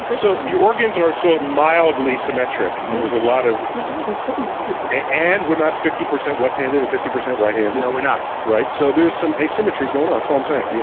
but so, and your organs are so mildly symmetric and there's a lot of his his eyes are so weird. and we're not fifty percent left-handed and fifty percent right-handed. no, we're not. so there's some asymmetries going on, that's all i'm saying.